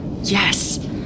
Yes